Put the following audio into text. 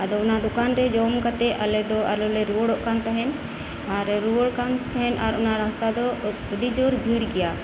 ᱟᱫᱚ ᱚᱱᱟ ᱫᱚᱠᱟᱱ ᱨᱮ ᱡᱚᱢ ᱠᱟᱛᱮᱫ ᱟᱞᱮᱫᱚ ᱟᱨᱚᱞᱮ ᱨᱩᱣᱟᱹᱲᱚᱜ ᱠᱟᱱᱛᱟᱦᱮᱱ ᱟᱨᱞᱮ ᱨᱩᱣᱟᱹᱲ ᱠᱟᱱᱛᱟᱦᱮᱱ ᱟᱨ ᱚᱱᱟ ᱨᱟᱥᱛᱟ ᱫᱚ ᱟᱹᱰᱤ ᱡᱳᱨ ᱵᱷᱤᱲ ᱜᱮᱭᱟ